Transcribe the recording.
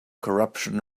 corruption